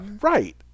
Right